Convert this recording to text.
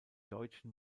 deutschen